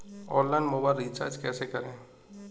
Online mobile recharge कैसे करें?